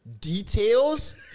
Details